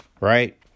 right